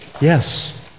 Yes